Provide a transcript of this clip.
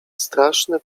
straszny